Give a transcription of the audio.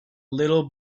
little